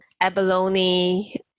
abalone